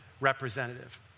representative